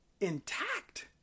intact